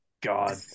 god